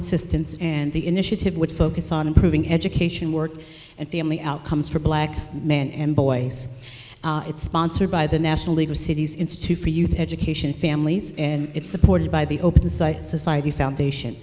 assistance and the initiative would focus on improving education work and family outcomes for black men and boys it's sponsored by the national league of cities institute for youth education families and it's supported by the open site society foundation